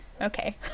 okay